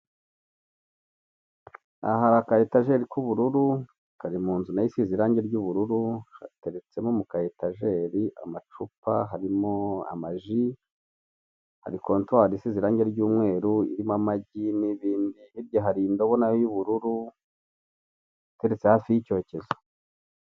Aha hari akaetajeri k'ubururu kari mu nzu nayo isize irange ry'ubururu hateretsemo mu kaetajeri amacupa harimo amaji, hari kontwari isize irange ry'umweru irimo amagi n'ibindi, hirya hari indobo nayo y'ubururu iteretse hafi y'icyocyezo.